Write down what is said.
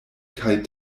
kaj